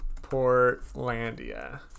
Portlandia